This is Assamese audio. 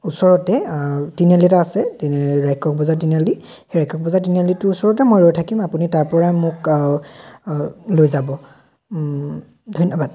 ওচৰতে তিনিআলি এটা আছে তিনি ৰাইকহ বজাৰ তিনিআলি ৰাইকহ বজাৰ তিনি আলিতো ওচৰতে মই ৰৈ থাকিম আপুনি তাৰপৰাই মোক লৈ যাব ধন্যবাদ